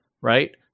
right